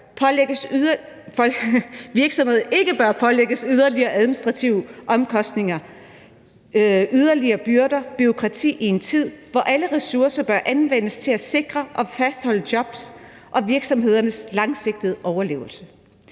virksomhederne ikke bør pålægges yderligere administrative omkostninger, yderligere byrder og bureaukrati i en tid, hvor alle ressourcer bør anvendes til at sikre fastholdelse af job og virksomhedernes langsigtede overlevelse.